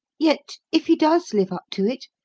yet if he does live up to it,